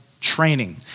training